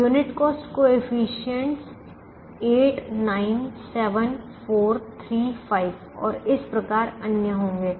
unit लागत coefficients 8 9 7 4 3 5 और इस प्रकार अन्य होंगे